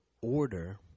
order